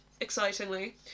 excitingly